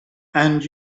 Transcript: and